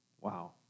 Wow